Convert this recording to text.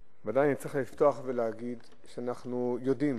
בוודאי אני צריך לפתוח ולהגיד שאנחנו יודעים